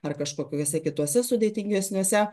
ar kažkokiuose kituose sudėtingesniuose